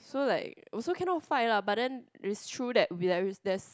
so like also cannot fight lah but then it's true that there's